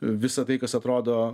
visa tai kas atrodo